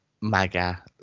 Maga